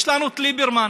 יש לנו את ליברמן,